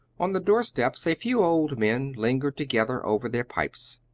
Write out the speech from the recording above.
on the doorsteps a few old men lingered together over their pipes.